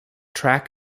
track